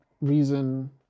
reason